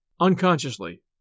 unconsciously